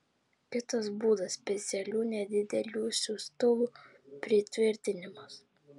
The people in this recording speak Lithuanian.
kitas būdas specialių nedidelių siųstuvų pritvirtinimas